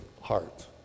heart